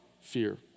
fear